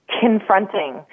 confronting